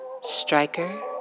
Striker